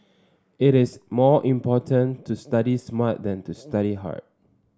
it is more important to study smart than to study hard